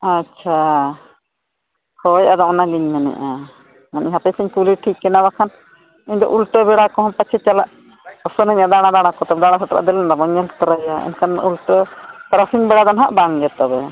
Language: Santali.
ᱟᱪᱪᱷᱟ ᱦᱳᱭ ᱟᱫᱚ ᱚᱱᱟᱞᱤᱧ ᱢᱮᱱᱮᱜᱼᱟ ᱦᱟᱯᱮ ᱥᱮᱧ ᱠᱩᱞᱤ ᱴᱷᱤᱠ ᱠᱤᱱᱟ ᱵᱟᱠᱷᱟᱱ ᱤᱧ ᱫᱚ ᱩᱞᱴᱟᱹ ᱵᱮᱲᱟ ᱠᱚᱦᱚᱸ ᱯᱟᱪᱮᱜ ᱪᱟᱞᱟᱜ ᱥᱟᱱᱟᱧᱟ ᱫᱟᱲᱟ ᱫᱮᱞᱟ ᱱᱟᱵᱚᱱ ᱧᱮᱞ ᱛᱟᱨᱟᱭᱟ ᱮᱱᱠᱷᱟᱱ ᱩᱞᱴᱟᱹ ᱛᱟᱨᱟᱥᱤᱧ ᱵᱮᱲᱟ ᱫᱚ ᱱᱟᱦᱟᱜ ᱵᱟᱝ ᱜᱮ ᱛᱟᱵᱚ